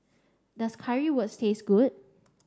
does Currywurst taste good